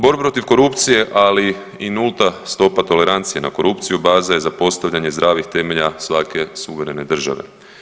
Borbu protiv korupcije, ali i nulta stopa tolerancije na korupciju baza je za postavljanje zdravih temelja svake suverene države.